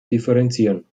differenzieren